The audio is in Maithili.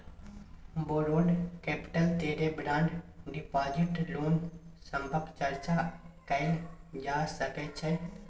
बौरोड कैपिटल तरे बॉन्ड डिपाजिट लोन सभक चर्चा कएल जा सकइ छै